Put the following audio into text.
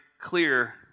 clear